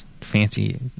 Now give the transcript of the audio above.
fancy